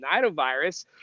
nidovirus